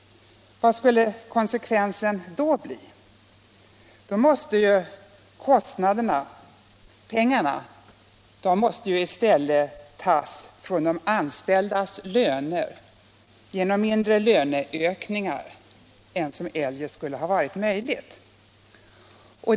Vad skulle konsekvensen då bli? Jo, då måste pengarna i stället tas från de anställdas löner genom mindre löneökningar än eljest.